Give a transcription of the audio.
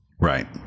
Right